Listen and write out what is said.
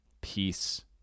peace